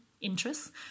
interests